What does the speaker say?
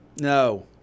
No